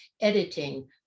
editing